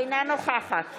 אינה נוכחת